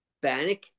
Bannock